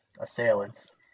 assailants